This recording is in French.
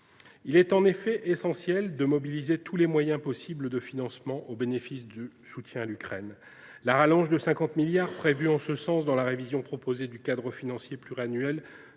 Il est en effet essentiel de mobiliser tous les moyens possibles de financement au bénéfice du soutien à l’Ukraine. La rallonge de 50 milliards prévue en ce sens dans la révision proposée du cadre financier pluriannuel